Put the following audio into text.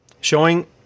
Showing